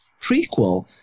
prequel